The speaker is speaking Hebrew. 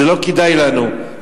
זה לא כדאי לנו,